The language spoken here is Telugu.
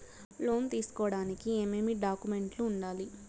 లోను తీసుకోడానికి ఏమేమి డాక్యుమెంట్లు ఉండాలి